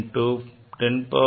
5 into 10